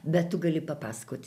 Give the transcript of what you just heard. bet tu gali papasakoti